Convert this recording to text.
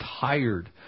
tired